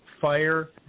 fire